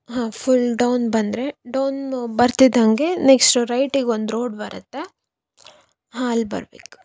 ಹಾಂ full down ಬಂದರೆ down ಬರ್ತಿದ್ದ ಹಂಗೆ ನೆಕ್ಸ್ಟು ರೈಟಿಗೆ ಒಂದು ರೋಡ್ ಬರುತ್ತೆ ಹಾಂ ಅಲ್ಲಿ ಬರಬೇಕು